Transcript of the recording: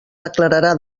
declararà